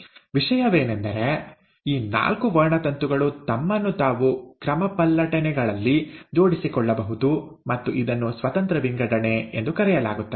ವಿಷಯವೇನೆಂದರೆ ಈ ನಾಲ್ಕು ವರ್ಣತಂತುಗಳು ತಮ್ಮನ್ನು ತಾವು ಕ್ರಮಪಲ್ಲಟನೆಗಳಲ್ಲಿ ಜೋಡಿಸಿಕೊಳ್ಳಬಹುದು ಮತ್ತು ಇದನ್ನು ಸ್ವತಂತ್ರ ವಿಂಗಡಣೆ ಎಂದು ಕರೆಯಲಾಗುತ್ತದೆ